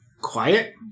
quiet